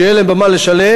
שיהיה להם במה לשלם.